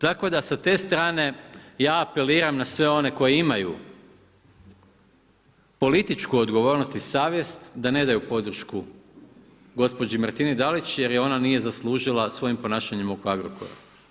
Tako da sa te strane ja apeliram na sve one koji imaju političku odgovornost i savjest da ne daju podršku gospođi Martini Dalić jer je ona nije zaslužila svojim ponašanjem oko Agrokora.